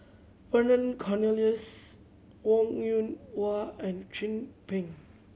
Vernon Cornelius Wong Yoon Wah and Chin Peng